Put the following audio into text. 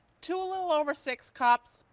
two little over six cups,